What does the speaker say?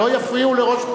לא יפריעו לראש,